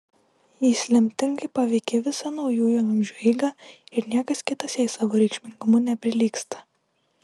jis lemtingai paveikė visą naujųjų amžių eigą ir niekas kitas jai savo reikšmingumu neprilygsta